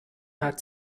hat